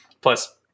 plus